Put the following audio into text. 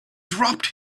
dropped